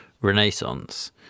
renaissance